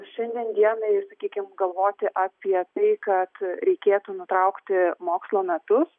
šiandien dienai sakykim galvoti apie tai kad reikėtų nutraukti mokslo metus